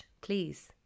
please